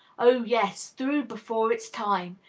oh, yes through before its time.